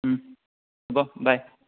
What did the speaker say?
হ'ব বাই